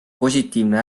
positiivne